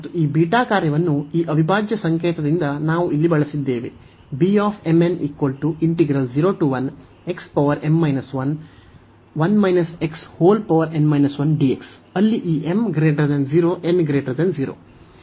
ಮತ್ತು ಈ ಬೀಟಾ ಕಾರ್ಯವನ್ನು ಈ ಅವಿಭಾಜ್ಯ ಸಂಕೇತದಿಂದ ನಾವು ಇಲ್ಲಿ ಬಳಸಿದ್ದೇವೆ ಅಲ್ಲಿ ಈ m 0 n 0